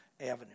Avenue